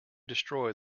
destroy